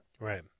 Right